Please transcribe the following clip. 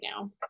now